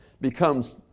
becomes